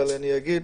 אבל אני אגיד,